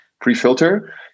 pre-filter